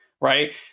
right